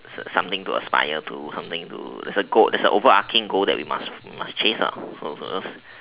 something to aspire to something to it's a goal there's an overarching goal that we must chase lah